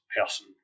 person